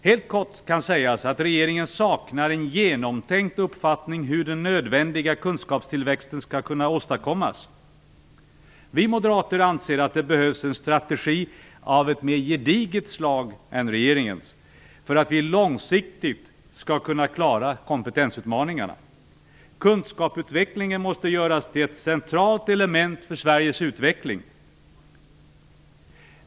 Helt kort kan sägas att regeringen saknar en genomtänkt uppfattning om hur den nödvändiga kunskapstillväxten skall kunna åstadkommas. Vi moderater anser att det behövs en strategi av ett mer gediget slag än regeringens för att vi långsiktigt skall kunna klara kompetensutmaningarna. Kunskapsutvecklingen måste göras till ett centralt element för Sveriges utveckling.